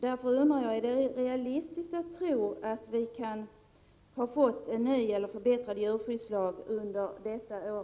Därför undrar jag: Är det realistiskt att tro att vi kan få en ny eller förbättrad djurskyddslag under detta år?